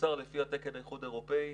שיוצר לפי תקן האיחוד האירופאי,